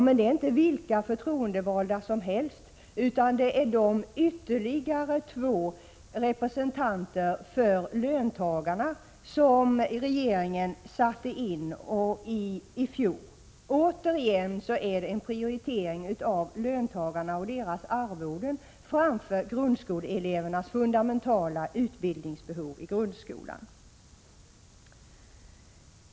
Men det är inte vilka förtroendevalda som helst, utan det är de ytterligare två representanter för löntagarna som regeringen satte in i fjol. Återigen en prioritering av löntagarna och deras arvoden framför grundskoleelevernas fundamentala utbildningsbehov!